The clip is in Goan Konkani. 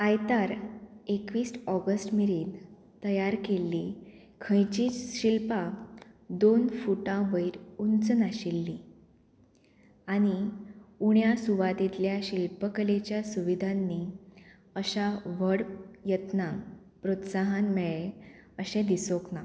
आयतार एकवीस ऑगस्ट मेरेन तयार केल्ली खंयचीच शिल्पां दोन फुटां वयर उंच नाशिल्लीं आनी उण्या सुवातिंतल्या शिल्पकलेच्या सुविधांनी अशा व्हड यत्नांक प्रोत्साहन मेळ्ळें अशें दिसूंक ना